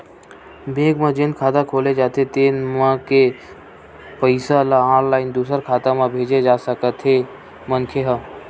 bank म जेन खाता खोले जाथे तेन म के पइसा ल ऑनलाईन दूसर खाता म भेजे जा सकथे मनखे ह